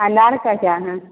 अनार का क्या है